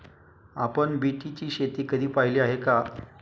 आपण बीटची शेती कधी पाहिली आहे का?